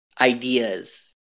ideas